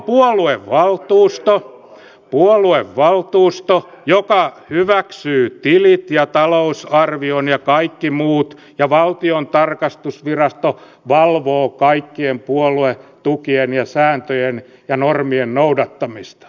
se on puoluevaltuusto joka hyväksyy tilit ja talousarvion ja kaikki muut ja valtiontalouden tarkastusvirasto valvoo kaikkien puoluetukien ja sääntöjen ja normien noudattamista